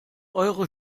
eure